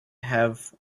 have